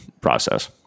process